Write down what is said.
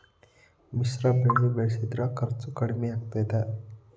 ಮಿಶ್ರ ಬೆಳಿ ಬೆಳಿಸಿದ್ರ ಖರ್ಚು ಕಡಮಿ ಆಕ್ಕೆತಿ?